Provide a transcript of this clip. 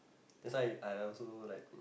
that's why I also like